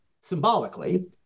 symbolically